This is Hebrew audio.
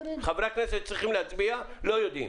חברי הכנסת צריכים להצביע ולא יודעים.